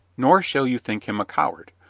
nor shall you think him a coward,